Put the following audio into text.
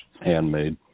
handmade